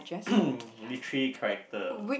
literary character